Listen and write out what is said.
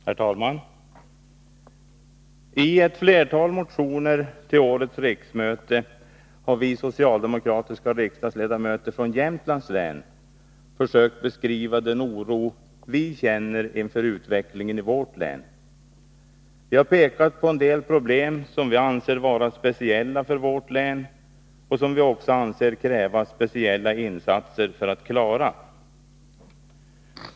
Herr talman! I ett flertal motioner till årets riksmöte har vi socialdemokratiska riksdagsledamöter från Jämtlands län försökt beskriva den oro vi känner inför utvecklingen i vårt län. Vi har pekat på en del problem som vi anser vara speciella för vårt län och som vi också anser att det krävs speciella insatser för att klara.